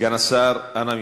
סגן השר, אנא ממך,